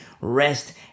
rest